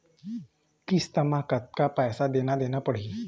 किस्त म कतका पैसा देना देना पड़ही?